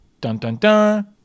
dun-dun-dun